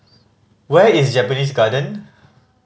where is Japanese Garden